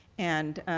and